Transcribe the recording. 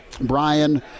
Brian